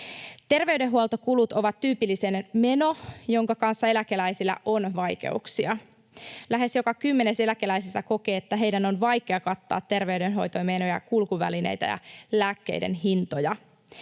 Terveydenhuoltokulut ovat tyypillisin meno, jonka kanssa eläkeläisillä on vaikeuksia. Lähes joka kymmenes eläkeläisistä kokee, että heidän on vaikea kattaa terveydenhoitomenoja, kulkuvälineitä ja lääkkeiden hintoja.